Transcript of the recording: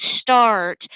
start